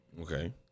Okay